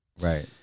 Right